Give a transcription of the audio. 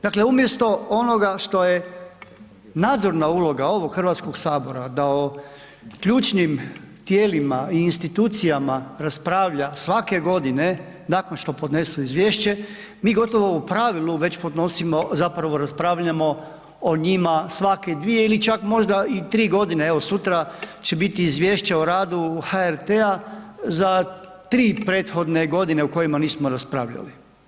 Dakle, umjesto onoga što je nadzora uloga ovog Hrvatskog sabora da o ključnim tijelima i institucijama raspravlja svake godine nakon što podnesu izvješće, mi gotovo u pravilu već podnosimo zapravo raspravljamo o njima svake dvije ili čak možda i tri godine, evo sutra će biti Izvješće o radu HRT za 3 prethodne godine o kojima nismo raspravljali.